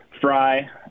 Fry